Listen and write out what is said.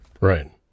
Right